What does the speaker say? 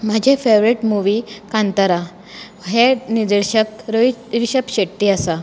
म्हजी favourite movie Kantara हे दिग्दर्शक रोहीत रिशब शेट्टी आसा